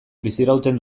bizirauten